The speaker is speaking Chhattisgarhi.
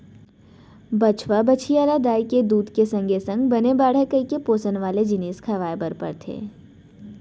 बछवा, बछिया ल दाई के दूद के संगे संग बने बाढ़य कइके पोसन वाला जिनिस खवाए बर परथे